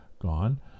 gone